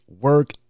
work